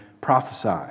prophesy